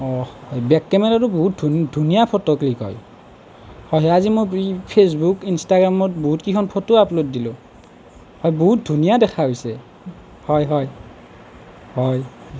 অ back কেমেৰাতো বহুত ধু ধুনীয়া ফটো ক্লিক হয় অ সেয়ে আজি মই ফেচবুক ইনষ্টাগ্ৰামত বহুতকেইখন ফটো আপলোড দিলোঁ হয় বহুত ধুনীয়া দেখাইছে হয় হয়